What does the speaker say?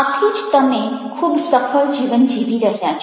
આથી જ તમે ખૂબ સફળ જીવન જીવી રહ્યા છો